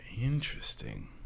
Interesting